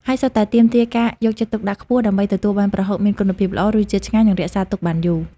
ហើយសុទ្ធតែទាមទារការយកចិត្តទុកដាក់ខ្ពស់ដើម្បីទទួលបានប្រហុកមានគុណភាពល្អ រសជាតិឆ្ងាញ់ និងរក្សាទុកបានយូរ។